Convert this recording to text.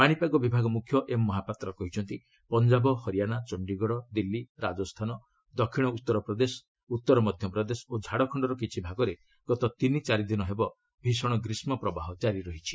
ପାଣିପାଗ ବିଭାଗ ମୁଖ୍ୟ ଏମ୍ ମହାପାତ୍ର କହିଛନ୍ତି ପଞ୍ଜାବ ହରିୟାଣା ଚଶ୍ଡୀଗଡ଼ ଦିଲ୍ଲୀ ରାଜସ୍ଥାନ ଦକ୍ଷିଣ ଉତ୍ତରପ୍ରଦେଶ ଉତ୍ତର ମଧ୍ୟପ୍ରଦେଶ ଓ ଝାଡ଼ଖଣ୍ଡର କିଛି ଭାଗରେ ଗତ ତିନି ଚାରି ଦିନ ହେବ ଭୀଷଣ ଗ୍ରୀଷ୍କପ୍ରବାହ ଜାରି ରହିଛି